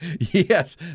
Yes